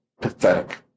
pathetic